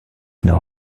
now